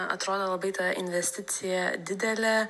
atrodo labai ta investicija didelė